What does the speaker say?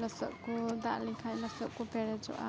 ᱞᱚᱥᱚᱫ ᱠᱚ ᱫᱟᱜ ᱞᱮᱠᱷᱟᱱ ᱞᱚᱥᱚᱫ ᱠᱚ ᱯᱮᱨᱮᱡᱚᱜᱼᱟ